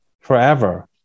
forever